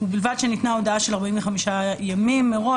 ובלבד שניתנה הודעה של 45 ימים מראש